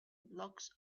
blocks